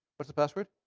what's the password?